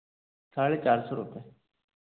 साढ़े चार सौ रुपये